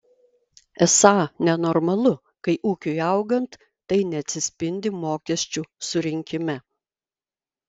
esą nenormalu kai ūkiui augant tai neatsispindi mokesčių surinkime